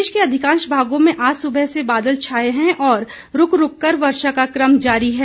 प्रदेश के अधिकांश भागों में आज सुबह से बादल छाये हैं और रूक रूक कर वर्षा का कम जारी है